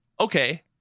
okay